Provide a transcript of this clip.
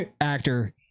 actor